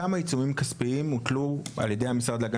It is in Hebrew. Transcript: כמה עיצומים כספיים הוטלו על ידי המשרד להגנת